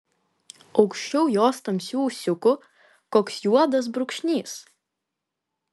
aukščiau jos tamsių ūsiukų koks juodas brūkšnys